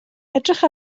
edrych